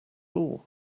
all